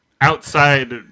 outside